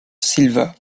silva